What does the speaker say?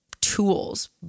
tools